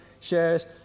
shares